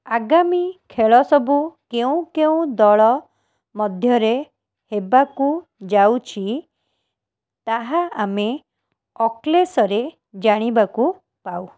ଆଗାମୀ ଖେଳସବୁ କେଉଁ କେଉଁ ଦଳ ମଧ୍ୟରେ ହେବାକୁ ଯାଉଛି ତାହା ଆମେ ଅକ୍ଳେଶରେ ଜାଣିବାକୁ ପାଉ